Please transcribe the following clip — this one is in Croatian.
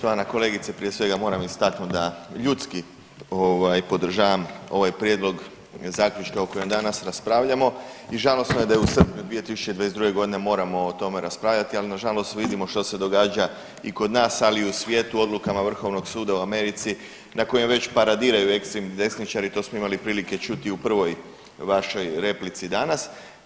Poštovana kolegice prije svega moram istaknuti da ljudski ovaj podržavam ovaj prijedlog zaključka o kojem danas raspravljamo i žalosno je da je i u srpnju 2022. godine moramo o tome raspravljati, ali nažalost vidimo što se događa i kod nas, ali u svijetu odlukama Vrhovnog suda u Americi na kojem već paradiraju ekstremni desničari, to smo imali prilike čuti u prvoj vašoj replici danas.